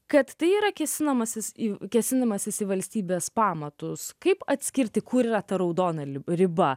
kad tai yra kėsinimasis į kėsinimasis į valstybės pamatus kaip atskirti kur yra ta raudona riba